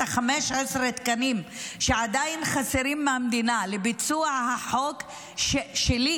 15 התקנים שעדיין חסרים מהמדינה לביצוע החוק שלי,